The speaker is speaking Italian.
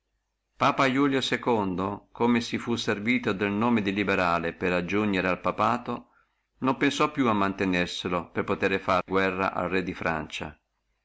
apa ulio come si fu servito del nome del liberale per aggiugnere al papato non pensò poi a mantenerselo per potere fare guerra el re di francia